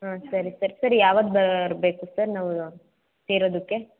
ಹಾಂ ಸರಿ sir sir ಯಾವಾಗ ಬರಬೇಕು ಸರ್ ನಾವು ಸೇರೋದಕ್ಕೆ